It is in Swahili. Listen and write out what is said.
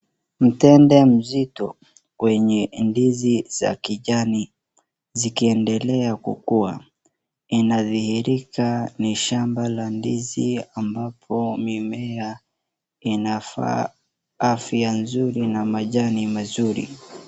Mtende mzito wenye ndizi za kijani zikiendelea kukua. Inadhihirika ni shamba la ndizi ambapo mimea inafaa afya nzuri na majani mazuri.